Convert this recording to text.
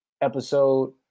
episode